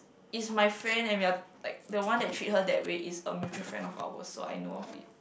is my friend and we're like the one that treat her that way is a mutual friend of ours so I know of it